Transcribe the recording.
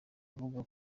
avuga